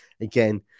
Again